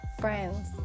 friends